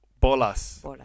bolas